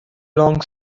long